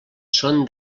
són